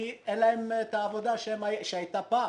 כי אין להם את העבודה שהייתה פעם.